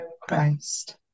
Christ